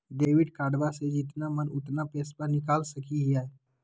Debit कार्डबा से जितना मन उतना पेसबा निकाल सकी हय?